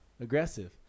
aggressive